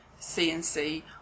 CNC